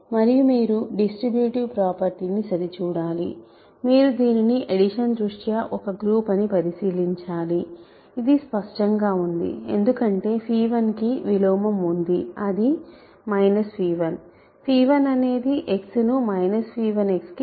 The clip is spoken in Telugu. మరియు మీరు డిస్ట్రిబ్యూటివ్ ప్రోపర్టీ ని సరిచూడాలి మీరు దీనిని అడిషన్ దృష్ట్యా ఒక గ్రూప్ అని పరిశీలించాలి ఇది స్పష్టంగా ఉంది ఎందుకంటే 1 కి విలోమం ఉంది అది 1 1 అనేది x ను 1 కి పంపుతుంది